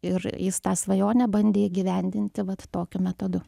ir jis tą svajonę bandė įgyvendinti vat tokiu metodu